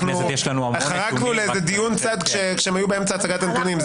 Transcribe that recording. אנחנו חרגנו לדיון צד כשהם היו באמצע הצגת הנתונים.